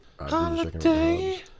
Holiday